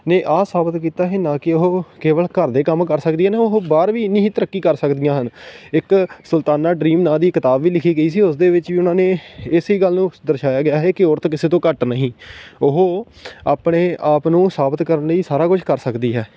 ਨੇ ਆਹ ਸਾਬਤ ਕੀਤਾ ਹੈ ਨਾ ਕਿ ਉਹ ਕੇਵਲ ਘਰ ਦੇ ਕੰਮ ਕਰ ਸਕਦੀਆਂ ਨੇ ਉਹ ਬਾਹਰ ਵੀ ਇੰਨੀ ਹੀ ਤਰੱਕੀ ਕਰ ਸਕਦੀਆਂ ਹਨ ਇੱਕ ਸੁਲਤਾਨਾ ਡਰੀਮ ਨਾ ਦੀ ਕਿਤਾਬ ਵੀ ਲਿਖੀ ਗਈ ਸੀ ਉਸਦੇ ਵਿੱਚ ਵੀ ਉਹਨਾਂ ਨੇ ਇਸ ਗੱਲ ਨੂੰ ਦਰਸਾਇਆ ਗਿਆ ਹੈ ਕਿ ਔਰਤ ਕਿਸੇ ਤੋਂ ਘੱਟ ਨਹੀਂ ਉਹ ਆਪਣੇ ਆਪ ਨੂੰ ਸਾਬਤ ਕਰਨ ਲਈ ਸਾਰਾ ਕੁਝ ਕਰ ਸਕਦੀ ਹੈ